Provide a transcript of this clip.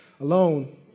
alone